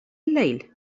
الليل